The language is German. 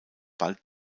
bald